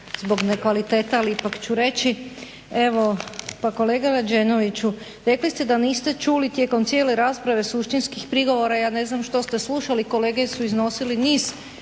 zbog nekvaliteta, ali ipak ću reći. Evo pa kolega Rađenoviću, rekli ste da niste čuli tijekom cijele rasprave suštinskih prigovora. Ja ne zna što ste slušali. Kolege su iznosile niz